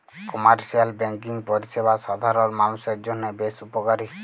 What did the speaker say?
commercial banking পরিষেবা সাধারল মালুষের জন্হে বেশ উপকারী